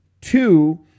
Two